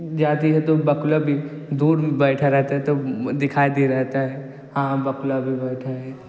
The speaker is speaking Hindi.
जाती है तो बगुला भी दूर बैठा रहता है तब दिखाई दे रहता है हाँ बगुला भी बैठा है